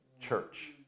church